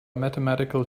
mathematical